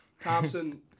Thompson